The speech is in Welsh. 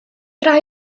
rhai